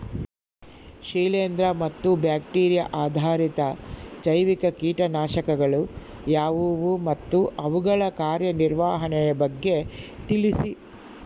ಶಿಲೇಂದ್ರ ಮತ್ತು ಬ್ಯಾಕ್ಟಿರಿಯಾ ಆಧಾರಿತ ಜೈವಿಕ ಕೇಟನಾಶಕಗಳು ಯಾವುವು ಮತ್ತು ಅವುಗಳ ಕಾರ್ಯನಿರ್ವಹಣೆಯ ಬಗ್ಗೆ ತಿಳಿಸಿ?